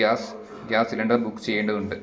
gas gas cylinder book ചെയ്യേണ്ടതുണ്ട്